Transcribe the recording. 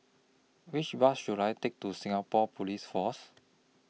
Which Bus should I Take to Singapore Police Force